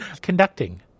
Conducting